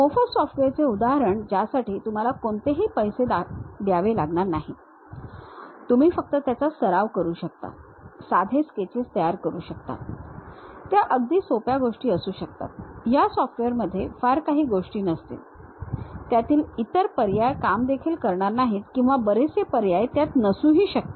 मोफत सॉफ्टवेअरचे उदाहरण ज्यासाठी तुम्हाला कोणतेही पैसे द्यावे लागणार नाहीत तुम्ही फक्त त्याचा सराव करू शकता साधे स्केचेस तयार करू शकता त्या अगदी सोप्या गोष्टी असू शकतात या सॉफ्टवेर मध्ये फार काही गोष्टी नसतील त्यातील इतर पर्याय काम देखील करणार नाहीत किंवा बरेचसे पर्याय त्यात नसूही शकतात